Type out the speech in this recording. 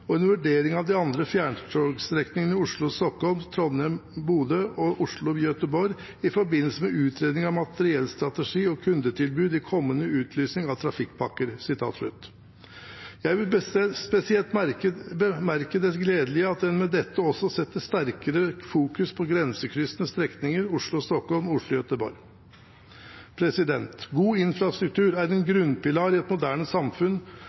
og en vurdering av de andre fjernstrekningene Oslo–Stockholm, Trondheim–Bodø og Oslo–Gøteborg i forbindelse med utredning av materiellstrategi og kundetilbud i kommende utlysning av trafikkpakker.» Jeg vil spesielt bemerke det gledelige i at en med dette også setter et sterkere fokus på de grensekryssende strekningene Oslo–Stockholm og Oslo–Gøteborg. God infrastruktur er en grunnpilar i et moderne samfunn,